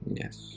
Yes